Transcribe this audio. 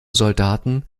soldaten